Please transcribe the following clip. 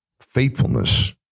faithfulness